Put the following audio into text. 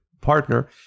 partner